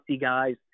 guys